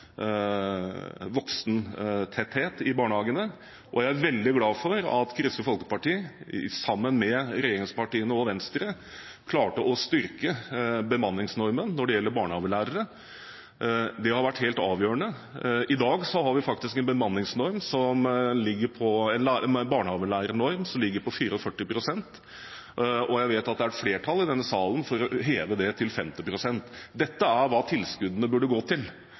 voksentetthet i barnehagene. Jeg er veldig glad for at Kristelig Folkeparti, sammen med regjeringspartiene og Venstre, klarte å styrke bemanningsnormen når det gjelder barnehagelærere. Det har vært helt avgjørende. I dag har vi faktisk en barnehagelærernorm som ligger på 44 pst. Jeg vet at det er et flertall i denne salen for å heve det til 50 pst. Dette er hva tilskuddene burde gå til.